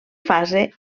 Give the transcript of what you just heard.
fase